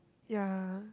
ya